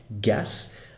guess